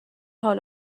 حال